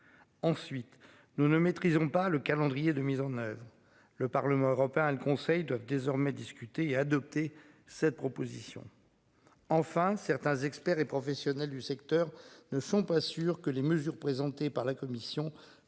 Ensuite nous ne maîtrisons pas le calendrier de mise en oeuvre. Le Parlement européen, le Conseil doivent désormais discuter et adopter cette proposition. Enfin certains experts et professionnels du secteur ne sont pas sûrs que les mesures présentées par la Commission flash